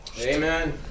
Amen